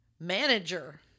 manager